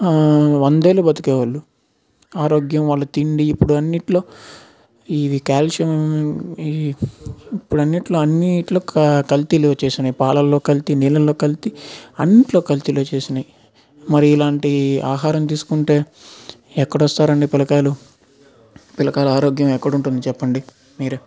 వంద ఏళ్ళు బతికే వాళ్ళు ఆరోగ్యం వాళ్ళు తిండి ఇప్పుడు అన్నిట్లో ఇవి కాల్షియమ్ ఈ ఇప్పుడు అన్నింట్లో అన్నింట్లో కల్తీలు వచ్చేసినాయి పాలల్లో కల్తీ నీళ్ళల్లో కల్తీ అన్నింట్లో కల్తీలు వచ్చినాయి మరి ఇలాంటి ఆహారం తీసుకుంటే ఎక్కడ వస్తారండి పిల్లయకాయలు పిల్లకాయల ఆరోగ్యం ఎక్కద ఉంటుంది చెప్పండి మీరే